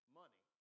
money